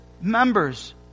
members